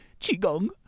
Qigong